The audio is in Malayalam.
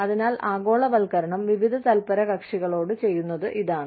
അതിനാൽ ആഗോളവൽക്കരണം വിവിധ തല്പരകക്ഷികളോട് ചെയ്യുന്നത് ഇതാണ്